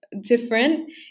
different